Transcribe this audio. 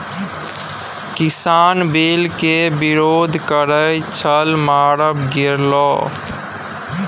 किसान बिल केर विरोध करैत छल मारल गेलाह